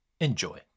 enjoy